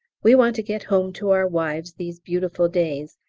we want to get home to our wives these beautiful days,